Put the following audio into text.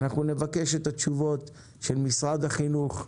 אנחנו נבקש את התשובות של משרד החינוך,